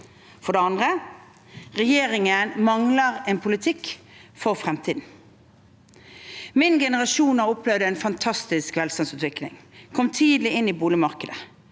For det andre: Regjeringen mangler en politikk for fremtiden. Min generasjon har opplevd en fantastisk velstandsutvikling. Vi kom tidlig inn i boligmarkedet.